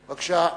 בבקשה.